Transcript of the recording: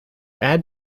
add